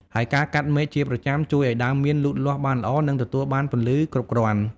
ហើយការកាត់មែកជាប្រចាំជួយឱ្យដើមមៀនលូតលាស់បានល្អ និងទទួលបានពន្លឺគ្រប់គ្រាន់។